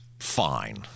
Fine